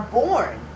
born